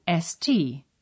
ST